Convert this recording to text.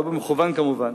לא במכוון כמובן,